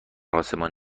آسمان